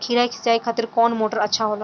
खीरा के सिचाई खातिर कौन मोटर अच्छा होला?